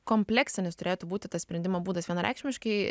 kompleksinis turėtų būti tas sprendimo būdas vienareikšmiškai